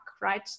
right